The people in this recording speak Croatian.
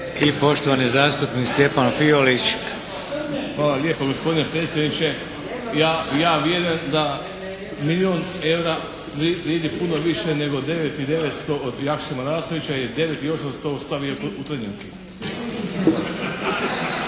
**Fiolić, Stjepan (HDZ)** Hvala lijepa gospodine predsjedniče. Ja vjerujem da milijun eura vridi puno više nego 9 i 900 od Jakše Marasovića jer je 9 i 800 ostavio u Trnjanki.